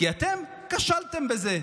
כי אתם כשלתם בזה.